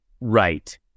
right